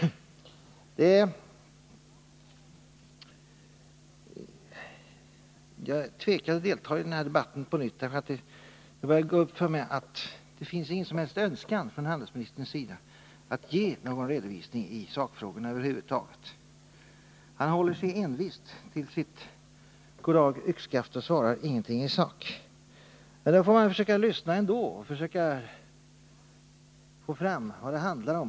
Anledningen till att jag tvekar att fortsätta debatten är att det börjar gå upp för mig att handelsministern inte har någon som helst önskan att ge en redovisning av sakfrågorna. Han håller sig envist till sitt goddag — yxskaft och svarar ingenting i sak. Men då får man försöka att på annat sätt få fram vad det handlar om.